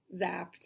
zapped